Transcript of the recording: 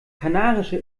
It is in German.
kanarische